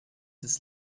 des